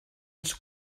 els